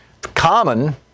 common